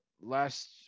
Last